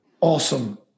awesome